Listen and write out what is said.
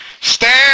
Stand